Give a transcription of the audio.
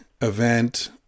event